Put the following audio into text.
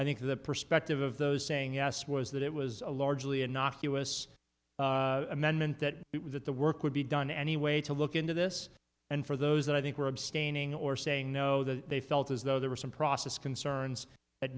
i think the perspective of those saying yes was that it was a largely innocuous amendment that it was that the work would be done anyway to look into this and for those that i think were abstaining or saying no they felt as though there were some process concerns that